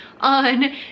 on